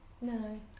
No